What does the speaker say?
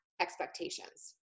expectations